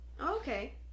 okay